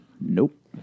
Nope